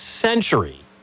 century